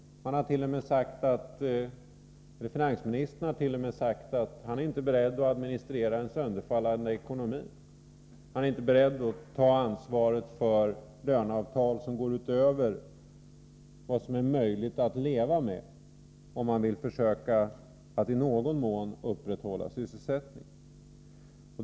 Finansministern har t.o.m. sagt att han inte är beredd att administrera en sönderfallande ekonomi, och han är inte beredd att ta ansvar för löneavtal som går utöver vad som är möjligt att leva med, om man vill försöka att i någon mån upprätthålla sysselsättningen.